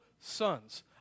sons